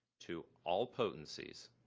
to all potencies,